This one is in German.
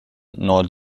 nord